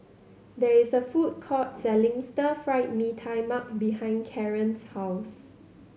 there is a food court selling Stir Fried Mee Tai Mak behind Karon's house